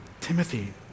Timothy